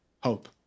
hope